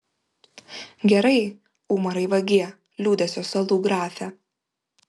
gerai umarai vagie liūdesio salų grafe